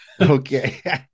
Okay